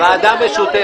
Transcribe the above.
רועי פולקמן חבר ועדה,